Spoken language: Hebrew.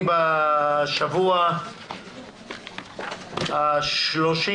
יום שני בשבוע, 30